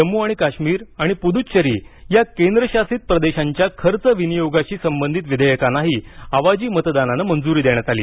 जम्मू आणि काश्मीर आणि पूदुच्चेरी या केंद्रशासित प्रदेशांच्या खर्च विनियोगाशी संबंधित विधेयकांनाही आवाजी मतदानानं मंजुरी देण्यात आली